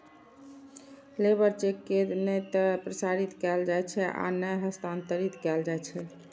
labour cheque के नै ते प्रसारित कैल जाइ छै आ नै हस्तांतरित कैल जाइ छै